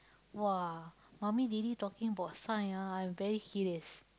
!wah! mummy daddy talking about science ah I'm very curious